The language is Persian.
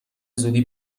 زودی